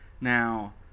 Now